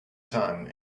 time